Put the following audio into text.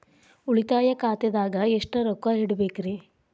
ಉಳಿತಾಯ ಖಾತೆದಾಗ ಎಷ್ಟ ರೊಕ್ಕ ಇಡಬೇಕ್ರಿ?